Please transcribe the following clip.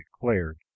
declared